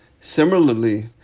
Similarly